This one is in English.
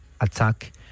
attack